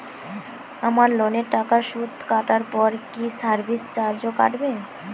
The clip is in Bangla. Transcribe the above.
আমার লোনের টাকার সুদ কাটারপর কি সার্ভিস চার্জও কাটবে?